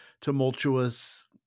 tumultuous